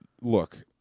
look